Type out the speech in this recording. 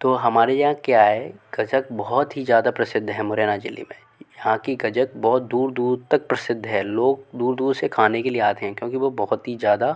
तो हमारे यहाँ क्या है गजक बहुत ही ज़्यादा प्रसिद्ध हैं मुरैना ज़िले में ये यहाँ की गजक बहुत दूर दूर तक प्रसिद्ध है लोग दूर दूर से खाने के लिए आते हैं क्योंकि वो बहुत ही ज़्यादा